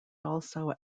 also